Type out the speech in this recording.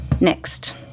Next